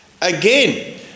Again